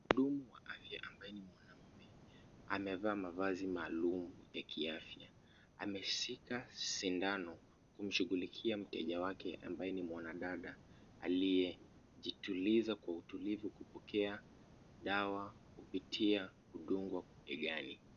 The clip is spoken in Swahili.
Mhudumu wa afya ambaye ni mwanaume, amevaa mavazi maalum ya kiafya. Ameshika sindano kumshughulikia mteja wake ambaye ni mwanadada aliyejituliza kwa utulivu kupokea dawa kupitia kudungwa begani.